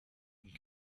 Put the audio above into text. and